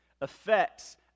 affects